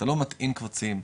אתה לא מטעין קבצים,